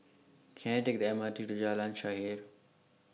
Can I Take The M R T to Jalan Shaer